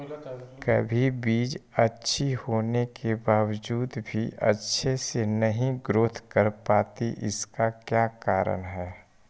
कभी बीज अच्छी होने के बावजूद भी अच्छे से नहीं ग्रोथ कर पाती इसका क्या कारण है?